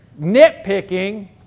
nitpicking